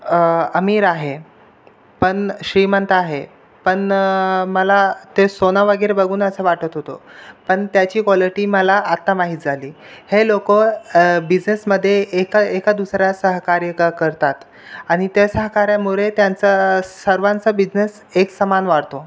अमीर आहे पण श्रीमंत आहे पण मला ते सोनं वगैरे बघून असं वाटत होतं पण त्याची कोलिटी मला आता माहीत झाली हे लोक अ बिझेसमध्ये एका एका दुसऱ्या सहकार्य का करतात आणि त्या सहकार्यामुळे त्यांचा सर्वांचा बिझनेस एकसमान वाढतो